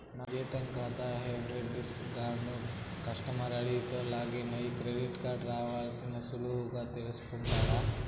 నా జీతం కాతా హెజ్డీఎఫ్సీ గాన కస్టమర్ ఐడీతో లాగిన్ అయ్యి క్రెడిట్ ఇవరాల్ని సులువుగా తెల్సుకుంటుండా